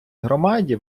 громаді